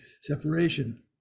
separation